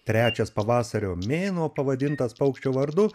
trečias pavasario mėnuo pavadintas paukščio vardu